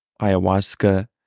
ayahuasca